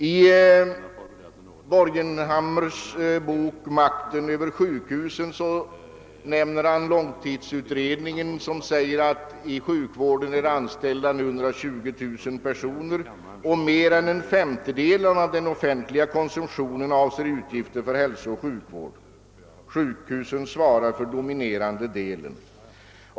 I Borgenhammars bok »Makten över sjukhusen» återger han långtidsutredningens uppgift att 120 000 personer är anställda i sjukvården och att mer än en femtedel av den offentliga konsumtionen avser utgifter för hälsooch sjukvård. Sjukhusen svarar för den dominerande delen.